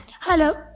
Hello